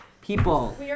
People